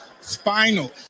Spinal